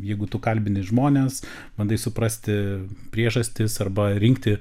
jeigu tu kalbini žmones bandai suprasti priežastis arba rinkti